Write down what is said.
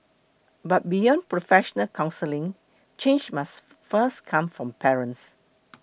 but beyond professional counselling change must first come from parents